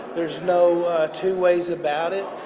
there's no two ways about it,